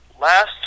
last